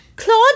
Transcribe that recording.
Claude